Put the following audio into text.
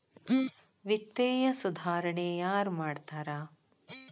ವಿತ್ತೇಯ ಸುಧಾರಣೆ ಯಾರ್ ಮಾಡ್ತಾರಾ